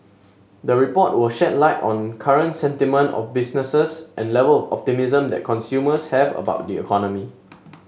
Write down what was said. the report will shed light on current sentiment of businesses and level optimism that consumers have about the economy